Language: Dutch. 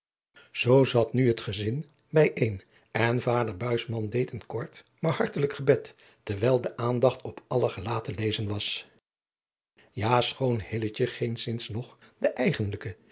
zoo zat nu het gezin bij een en vader buisman deed een kort maar hartelijk gebed terwijl de aandacht op aller gelaat te lezen was jaschoon hilletje geenszins nog de eigenlijke